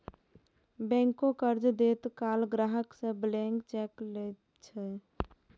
बैंको कर्ज दैत काल ग्राहक सं ब्लैंक चेक लैत छै